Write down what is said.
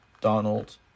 donald